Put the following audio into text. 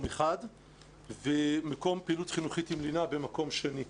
אחד ומקום פעילות חינוכית עם לינה במקום שני,